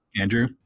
andrew